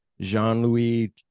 Jean-Louis